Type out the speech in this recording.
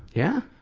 yeah?